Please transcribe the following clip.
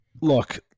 look